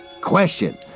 Question